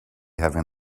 having